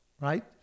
right